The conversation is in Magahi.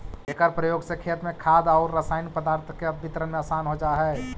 एकर प्रयोग से खेत में खाद औउर रसायनिक पदार्थ के वितरण में आसान हो जा हई